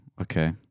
okay